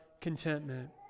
contentment